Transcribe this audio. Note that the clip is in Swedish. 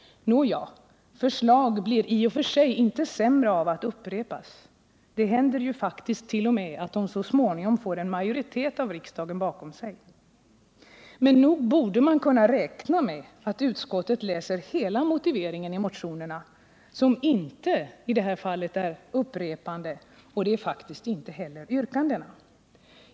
Nåja, förslag blir i och för sig inte sämre av att upprepas. Det händer ju faktiskt t.o.m. att de så småningom får en majoritet av riksdagen bakom sig. Men nog borde man kunna räkna med att utskottet läser hela motiveringen i motionerna, som i det här fallet inte är upprepanden. Och det är faktiskt inte heller yrkandena.